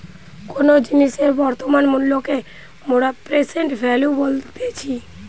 কোনো জিনিসের বর্তমান মূল্যকে মোরা প্রেসেন্ট ভ্যালু বলতেছি